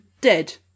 dead